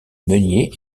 meunier